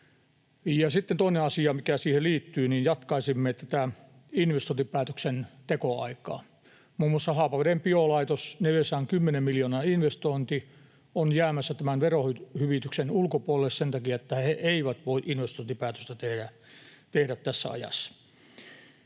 Sitten toinen asia, mikä siihen liittyy, on, että jatkaisimme tätä investointipäätöksen tekoaikaa. Muun muassa Haapaveden biolaitos, 410 miljoonan investointi, on jäämässä tämän verohyvityksen ulkopuolelle sen takia, että he eivät voi investointipäätöstä tehdä tässä ajassa.